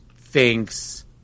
thinks